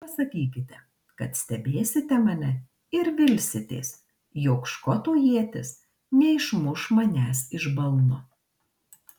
pasakykite kad stebėsite mane ir vilsitės jog škoto ietis neišmuš manęs iš balno